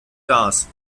gas